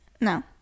No